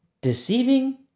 deceiving